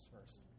first